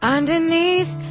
Underneath